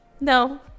no